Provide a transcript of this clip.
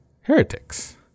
heretics